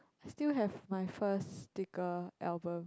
still have my first sticker album